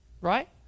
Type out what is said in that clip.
Right